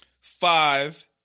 five